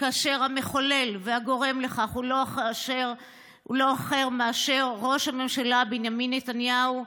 כאשר המחולל והגורם לכך הוא לא אחר מאשר ראש הממשלה בנימין נתניהו,